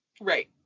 Right